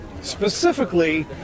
specifically